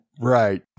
Right